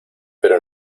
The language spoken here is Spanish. pero